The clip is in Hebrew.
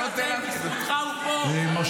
האיש הזה, רק בזכותך, האיש